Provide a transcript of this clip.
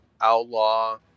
outlaw